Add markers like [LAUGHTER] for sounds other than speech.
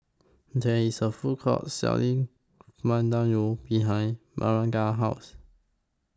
There IS A Food Court Selling [UNINTELLIGIBLE] behind Magdalena's House